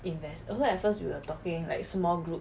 invest also at first we were talking like mall group